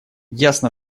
ясно